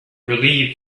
relieved